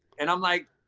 and i'm like,